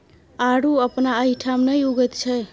आड़ू अपना एहिठाम नहि उगैत छै